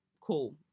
Cool